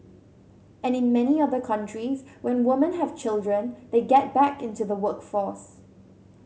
and in many other countries when woman have children they get back into the workforce